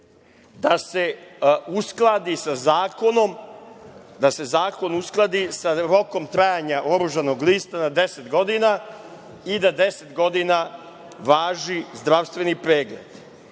da se uskladi sa zakonom, da se zakon uskladi sa rokom trajanja oružanog lista na 10 godina i da 10 godina važi zdravstveni pregled. Pričano